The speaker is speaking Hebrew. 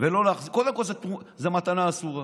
ולא להחזיר, קודם כול זו מתנה אסורה.